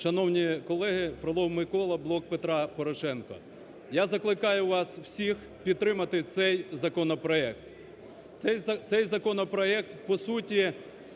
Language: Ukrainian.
Шановні колеги! Фролов Микола, "Блок Петра Порошенка". Я закликаю вас усіх підтримати цей законопроект. Цей законопроект по суті